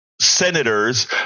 senators